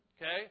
Okay